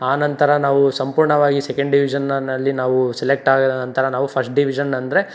ಆನಂತರ ನಾವು ಸಂಪೂರ್ಣವಾಗಿ ಸೆಕೆಂಡ್ ಡಿವಿಜನ್ನಲ್ಲಿ ನಾವು ಸೆಲೆಕ್ಟ್ ಆದ ನಂತರ ನಾವು ಫಸ್ಟ್ ಡಿವಿಜನ್ ಅಂದರೆ